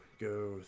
go